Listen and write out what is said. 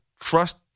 trust